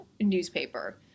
newspaper